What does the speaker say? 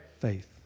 faith